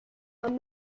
kann